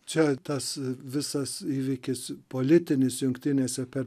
čia tas visas įvykis politinis jungtinėse per